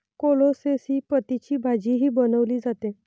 कोलोसेसी पतींची भाजीही बनवली जाते